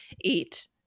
eat